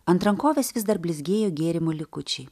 ant rankovės vis dar blizgėjo gėrimo likučiai